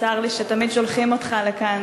צר לי שתמיד שולחים אותך לכאן